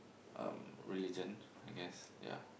um religion I guess ya